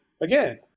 again